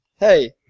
Hey